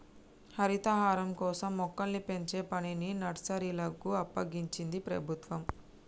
హరితహారం కోసం మొక్కల్ని పెంచే పనిని నర్సరీలకు అప్పగించింది ప్రభుత్వం